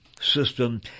system